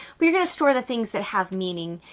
we are going to store the things that have meaning.